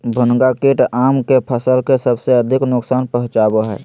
भुनगा कीट आम के फसल के सबसे अधिक नुकसान पहुंचावा हइ